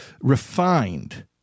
refined